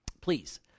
please